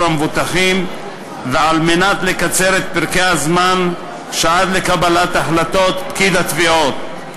המבוטחים ועל מנת לקצר את פרקי הזמן עד לקבלת החלטות פקיד התביעות.